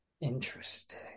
Interesting